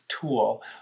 tool